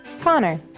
Connor